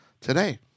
today